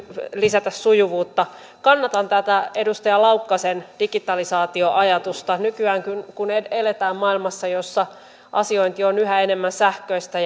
lisätä sujuvuutta kannatan edustaja laukkasen digitalisaatioajatusta nykyään kun eletään maailmassa jossa asiointi on yhä enemmän sähköistä